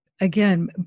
Again